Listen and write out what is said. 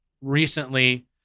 recently